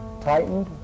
tightened